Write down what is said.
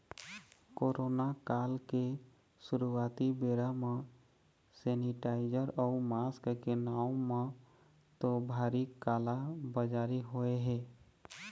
corona काल के शुरुआती बेरा म सेनीटाइजर अउ मास्क के नांव म तो भारी काला बजारी होय हे